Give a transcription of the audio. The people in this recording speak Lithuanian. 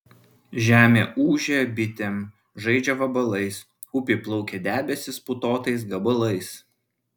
žemė ūžia bitėm žaidžia vabalais upėj plaukia debesys putotais gabalais